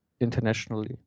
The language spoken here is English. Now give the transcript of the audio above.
internationally